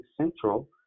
Central